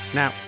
now